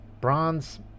bronze